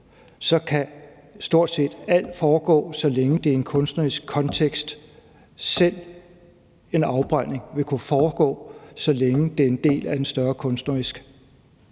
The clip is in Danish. kan stort set alt foregå, så længe det er i en kunstnerisk kontekst. Selv en afbrænding ville kunne foregå, så længe det er en del af et større kunstnerisk